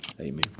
amen